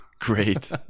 Great